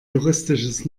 juristisches